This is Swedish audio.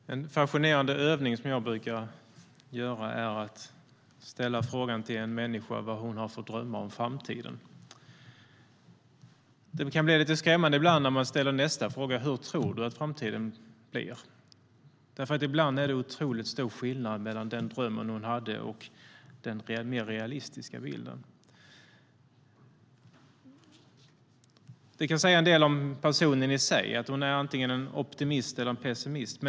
Herr talman! En fascinerande övning som jag brukar göra är att fråga en människa vad hon har för drömmar om framtiden. Det kan bli lite skrämmande ibland när jag ställer nästa fråga: Hur tror du att framtiden blir? Ibland är det nämligen stor skillnad mellan den dröm hon har och den mer realistiska bilden. Detta kan säga något om människan i sig, att hon antingen är optimist eller pessimist.